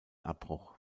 abbruch